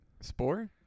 Spore